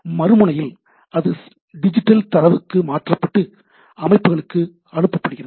மறுமுனையில் அது டிஜிட்டல் தரவுக்கு மாற்றப்பட்டு அமைப்புகளுக்கு அனுப்பப்படுகிறது